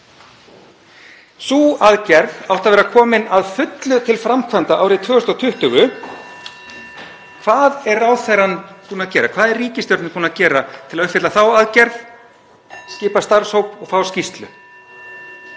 Sú aðgerð átti að vera komin að fullu til framkvæmda árið 2020. Hvað er ráðherrann búinn að gera? Hvað er ríkisstjórnin búin að gera til að uppfylla þá aðgerð? Skipa starfshóp og fá skýrslu.